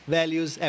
values